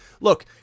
Look